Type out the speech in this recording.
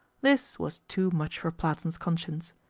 this was too much for platon's conscience.